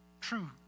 true